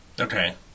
Okay